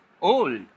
old